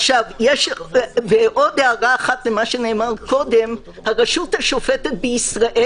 עוד הערה למה שנאמר קודם - הרשות השופטת בישראל